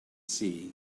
see